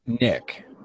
Nick